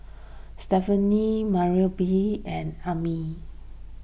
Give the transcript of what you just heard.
Stefani Marybelle and Amya